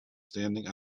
standing